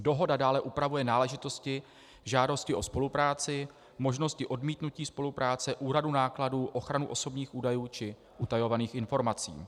Dohoda dále upravuje náležitosti žádosti o spolupráci, možnosti odmítnutí spolupráce, úhradu nákladů, ochranu osobních údajů či utajovaných informací.